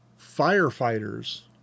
firefighters